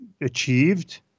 achieved